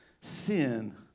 sin